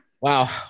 Wow